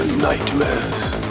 Nightmares